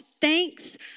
Thanks